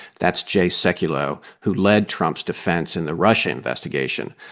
that's jay sekulow, who led trump's defense in the russia investigation.